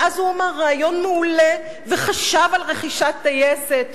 ואז הוא אמר: רעיון מעולה, וחשב על רכישת טייסת.